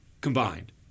combined